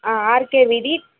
RK వీధి